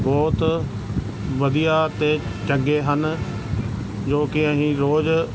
ਬਹੁਤ ਵਧੀਆ ਅਤੇ ਚੰਗੇ ਹਨ ਜੋ ਕਿ ਅਸੀਂ ਰੋਜ਼